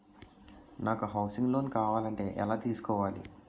నాకు housing loan కావాలంటే ఎలా తీసుకోవాలి?